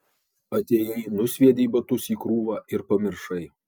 atėjai nusviedei batus į krūvą ir pamiršai